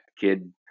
Kid